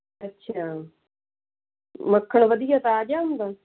ਅੱਛਾ ਮੱਖਣ ਵਧੀਆ ਤਾਜ਼ਾ ਹੁੰਦਾ